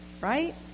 right